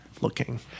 looking